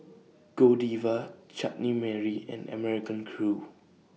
Godiva Chutney Mary and American Crew